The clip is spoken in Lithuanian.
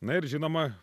na ir žinoma